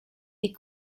est